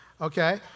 okay